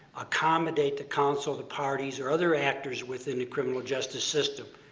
accommodate to counsel, the parties, or other actors within the criminal justice system.